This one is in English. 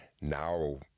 now